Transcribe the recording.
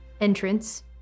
entrance